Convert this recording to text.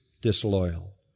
disloyal